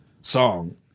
song